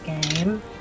game